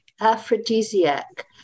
aphrodisiac